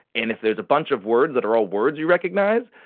and if there's a bunch of words that are all words you recognise,